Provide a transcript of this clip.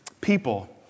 people